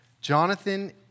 Jonathan